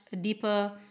deeper